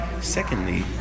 Secondly